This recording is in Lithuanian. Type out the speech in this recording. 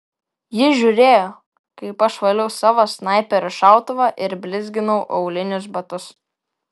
ji žiūrėjo kaip aš valiau savo snaiperio šautuvą ir blizginau aulinius batus